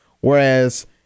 Whereas